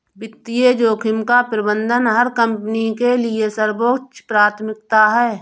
वित्तीय जोखिम का प्रबंधन हर कंपनी के लिए सर्वोच्च प्राथमिकता है